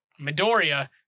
Midoriya